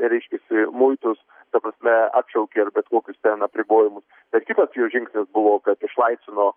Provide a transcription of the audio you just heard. reiškiasi muitus ta prasme atšaukė ir bet kokius ten apribojimus bet kitas jų žingsnis buvo kad išlaisvino